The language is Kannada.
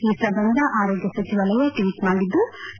ಈ ಸಂಬಂಧ ಆರೋಗ್ಯ ಸಚಿವಾಲಯ ಟ್ಲಿಟ್ ಮಾಡಿದ್ಲು